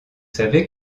savez